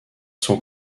sont